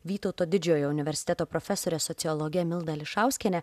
vytauto didžiojo universiteto profesore sociologe milda ališauskiene